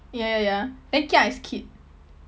ya ya ya then kia is kid